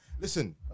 Listen